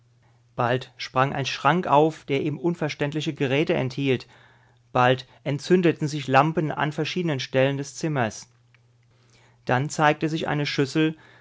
bald sprang ein schrank auf der ihm unverständliche geräte enthielt bald entzündeten sich lampen an verschiedenen stellen des zimmers dann zeigte sich eine schüssel